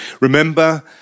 Remember